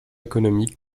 économique